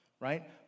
right